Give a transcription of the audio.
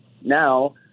now